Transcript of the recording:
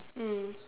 mm